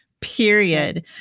Period